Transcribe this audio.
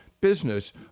business